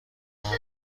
خواهم